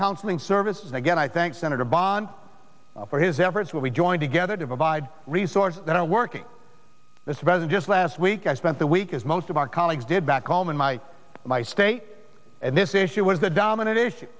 counseling services again i thank senator bond for his efforts where we join together to provide resources that are working this event just last week i spent the week as most of our colleagues did back home in my my state and this issue was the dominant issue